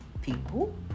people